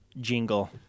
jingle